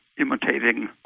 imitating